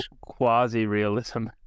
quasi-realism